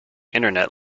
internet